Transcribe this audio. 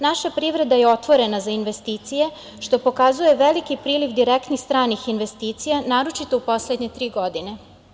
Naša privreda je otvorena za investicije, što pokazuje veliki priliv direktnih stranih investicija, naročito u poslednje tri godine.